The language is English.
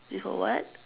with a what